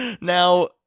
now